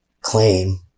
claim